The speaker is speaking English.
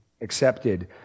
accepted